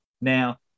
Now